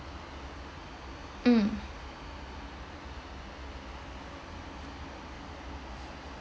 mm